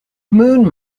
moon